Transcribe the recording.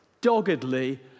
doggedly